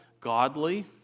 godly